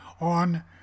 on